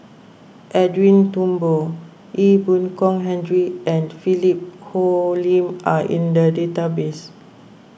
Edwin Thumboo Ee Boon Kong Henry and Philip Hoalim are in the database